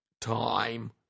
time